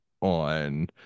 on